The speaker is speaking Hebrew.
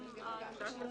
הדיון.